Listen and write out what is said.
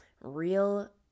real